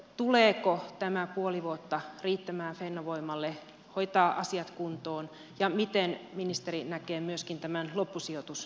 tuleeko tämä puoli vuotta riittämään fennovoimalle hoitaa asiat kuntoon ja miten ministeri näkee myöskin tämän loppusijoitusasian